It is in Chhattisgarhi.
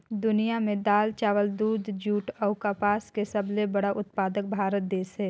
दुनिया में दाल, चावल, दूध, जूट अऊ कपास के सबले बड़ा उत्पादक भारत देश हे